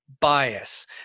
bias